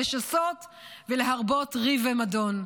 לשסות ולהרבות ריב ומדון.